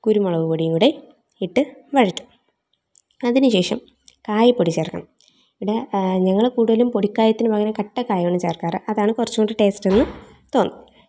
കുരുമുളക്പൊടിയും കൂടെ ഇട്ട് വഴറ്റും അതിന് ശേഷം കായപ്പൊടി ചേർക്കണം ഇവിടെ ഞങ്ങൾ കൂടുതലും പൊടിക്കായത്തിന് പകരം കട്ടക്കായമാണ് ചേർക്കാർ അതാണ് കുറച്ച് കൂടി ടേസ്റ്റെന്ന് തോന്നി